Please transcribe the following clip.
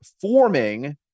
forming